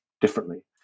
differently